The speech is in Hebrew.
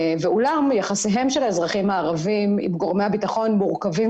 אולם יחסיהם של האזרחים הערבים עם גורמי הביטחון מורכבים